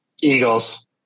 Eagles